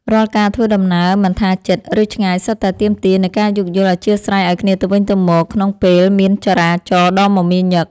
រាល់ការធ្វើដំណើរមិនថាជិត ឬឆ្ងាយសុទ្ធតែទាមទារនូវការយោគយល់អធ្យាស្រ័យឱ្យគ្នាទៅវិញទៅមកក្នុងពេលមានចរាចរណ៍ដ៏មមាញឹក។